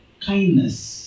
kindness